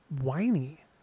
whiny